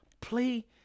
play